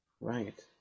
Right